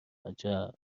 عجب